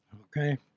Okay